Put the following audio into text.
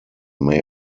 may